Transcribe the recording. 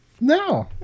No